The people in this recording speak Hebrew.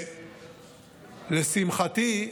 לשמחתי,